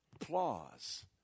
applause